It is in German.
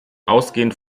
ausgehend